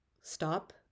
Stop